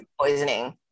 poisoning